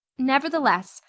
nevertheless,